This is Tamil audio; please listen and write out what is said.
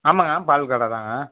ஆமாங்க பால் கடைதாங்க